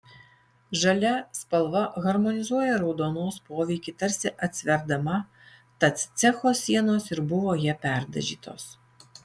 žalia spalva harmonizuoja raudonos poveikį tarsi atsverdama tad cecho sienos ir buvo ja perdažytos